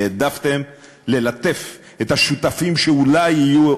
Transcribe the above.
העדפתם ללטף את השותפים שאולי יהיו לידכם.